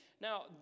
Now